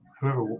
whoever